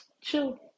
chill